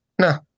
No